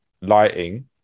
lighting